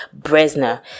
Bresner